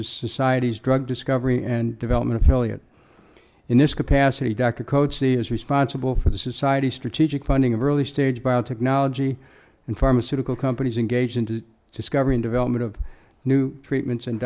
is society's drug discovery and development affiliate in this capacity dr cozzi is responsible for the society strategic funding of early stage biotechnology and pharmaceutical companies engaged in to discover in development of new treatments and